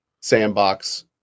sandbox